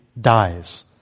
dies